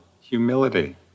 humility